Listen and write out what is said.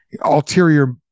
ulterior